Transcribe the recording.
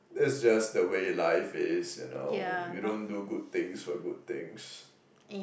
that's just the way life is you know you don't do good things for good things